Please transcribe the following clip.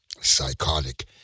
psychotic